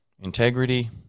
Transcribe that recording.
integrity